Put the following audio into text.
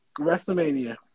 WrestleMania